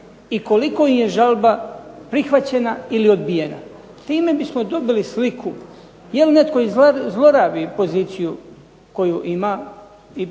i koliko im je žalba prihvaćena ili odbijena. Time bismo dobili sliku je li netko zlorabi poziciju koju ima i pravni